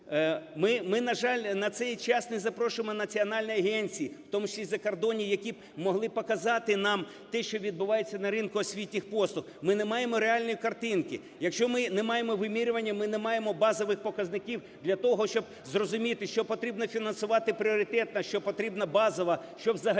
Ми, на жаль, на цей час не запрошуємо національні агенції, в тому числі і закордонні, які б могли показати нам те, що відбувається на ринку освітніх послуг. Ми не маємо реальної картинки. Якщо ми не маємо вимірювання, ми не маємо базових показників для того, щоб зрозуміти, що потрібно фінансувати пріоритетно, що потрібно базово, що взагалі